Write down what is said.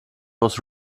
was